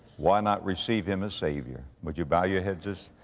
why not receive him as savior? would you bow your heads is,